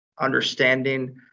understanding